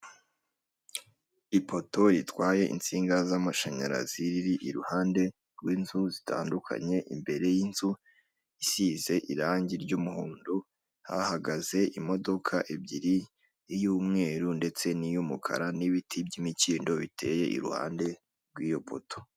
Ipoto itwaye insinga z'amashanyarazi iri iruhande rw'inzu zitandukanye imbere y'inzu isize irangi ry'umuhondo hahagaze imodoka ebyiri iy'umweru ndetse n'iy'umukara n'ibiti by'imikindo biteye iruhande rw'iyo poto.